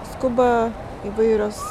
skuba įvairios